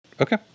Okay